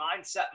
Mindset